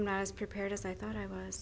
i'm as prepared as i thought i was